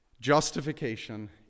justification